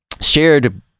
shared